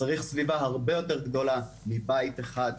צריך סביבה הרבה יותר גדולה מבית אחד.